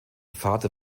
vater